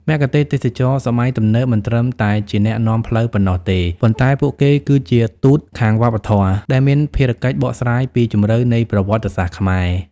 មគ្គុទ្ទេសក៍ទេសចរណ៍សម័យទំនើបមិនត្រឹមតែជាអ្នកនាំផ្លូវប៉ុណ្ណោះទេ ប៉ុន្តែពួកគេគឺជា "ទូតខាងវប្បធម៌" ដែលមានភារកិច្ចបកស្រាយពីជម្រៅនៃប្រវត្តិសាស្ត្រខ្មែរ។